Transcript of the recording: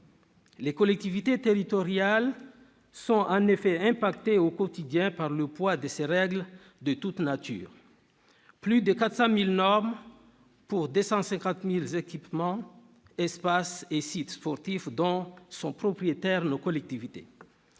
Nos collectivités territoriales sont en effet impactées au quotidien par le poids de ces règles de toute nature : plus de 400 000 normes pour 250 000 équipements, espaces et sites sportifs dont elles sont propriétaires. L'obscurité,